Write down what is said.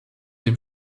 dem